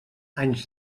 anys